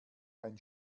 ein